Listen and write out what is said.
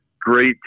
Great